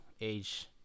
age